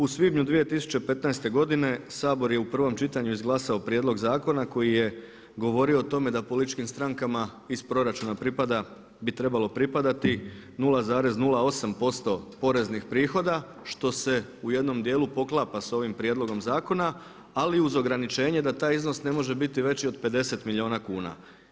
U svibnju 2015. godine Sabor je u prvom čitanju izglasao prijedlog zakona koji je govorio o tome da političkim strankama iz proračuna bi trebalo pripadati 0,08% poreznih prihoda što se u jednom dijelu poklapa s ovim prijedlogom zakona ali uz ograničenje da taj iznos ne može biti veći od 50 milijuna kuna.